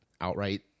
outright